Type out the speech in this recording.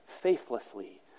faithlessly